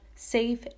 safe